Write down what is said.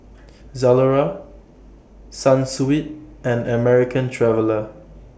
Zalora Sunsweet and American Traveller